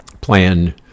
Plan